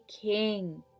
king